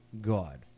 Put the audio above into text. God